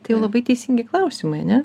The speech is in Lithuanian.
tai labai teisingi klausimai ar ne